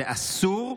זה אסור.